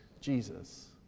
Jesus